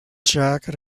jacket